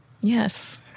Yes